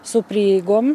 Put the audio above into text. su prieigom